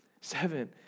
Seven